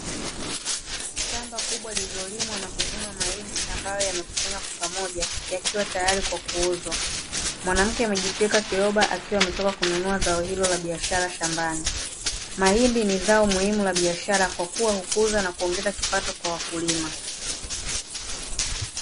Shamba kubwa lililolimwa na kuvunwa mahindi ambayo yamekusanywa kwa pamoja, yakiwa tayari kwa kuuzwa. Mwanamke amejitwika kiroba akiwa ametoka kununua zao hilo la biashara shambani. Mahindi ni zao muhimu la biashara kwa kua hukuza na kuongeza kipato kwa wakulima.